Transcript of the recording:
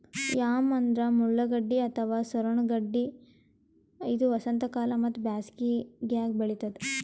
yam ಅಂದ್ರ ಮುಳ್ಳಗಡ್ಡಿ ಅಥವಾ ಸೂರಣ ಗಡ್ಡಿ ಇದು ವಸಂತಕಾಲ ಮತ್ತ್ ಬ್ಯಾಸಿಗ್ಯಾಗ್ ಬೆಳಿತದ್